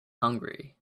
hungry